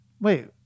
wait